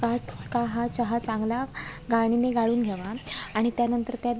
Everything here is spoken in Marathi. कात का हा चहा चांगला गाळणीने गाळून घ्यावा आणि त्यानंतर त्यात